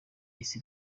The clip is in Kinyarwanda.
isi